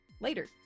later